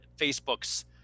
Facebook's